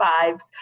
five's